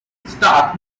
stark